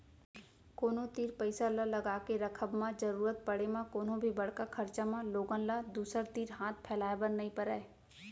कोनो तीर पइसा ल लगाके रखब म जरुरत पड़े म कोनो भी बड़का खरचा म लोगन ल दूसर तीर हाथ फैलाए बर नइ परय